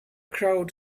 crowd